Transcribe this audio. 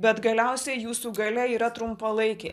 bet galiausiai jūsų galia yra trumpalaikė